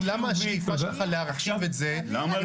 אני מנסה להבין למה השאיפה שלך להרחיב את זה -- למה לא?